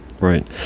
Right